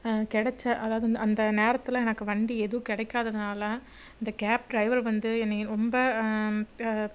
கிடச்ச அதாவது வந்து அந்த நேரத்தில் எனக்கு வண்டி எதுவும் கிடைக்காததுனால இந்த கேப் டிரைவர் வந்து என்னைய ரொம்ப த